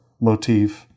motif